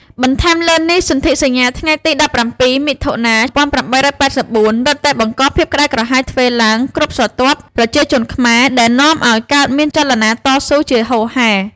បន្ថែមលើនេះសន្ធិសញ្ញាថ្ងៃទី១៧ មិថុនា ១៨៨៤ រឹតតែបង្កភាពក្តៅក្រហាយទ្វេឡើងគ្រប់ស្រទាប់ប្រជាជនខ្មែរ ដែលនាំឱ្យកើតមានចលនាតស៊ូជាហូរហែ។